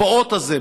הפעוט הזה?